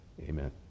amen